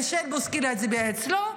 מישל בוסקילה הצביע אצלו,